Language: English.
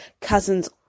Cousins